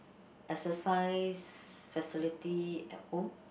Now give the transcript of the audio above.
exercise facility at home